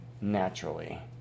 naturally